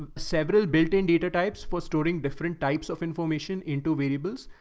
several built in data types for storing different types of information into variables.